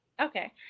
okay